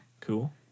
Cool